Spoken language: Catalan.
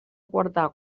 guardar